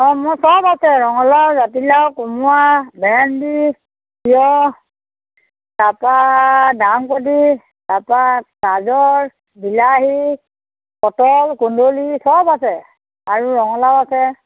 অঁ মোৰ চব আছে ৰঙালাও জাতিলাও কোমোৰা ভেণ্ডি তিয়হ তাপা ডাংবদি তাপা গাজৰ বিলাহী পটল কুন্দুলি চব আছে আৰু ৰঙালাও আছে